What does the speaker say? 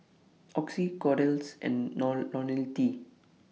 Oxy Kordel's and Nor Ionil T